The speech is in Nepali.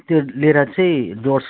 त्यो लिएर चाहिँ डुवर्स